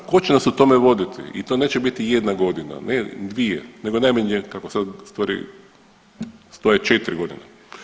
Tko će nas u tome voditi i to neće biti jedna godina, ne dvije, nego najmanje, kako sad stvari stoje, 4 godine.